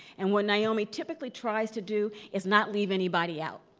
and what naomi typically tries to do is not leave anybody out.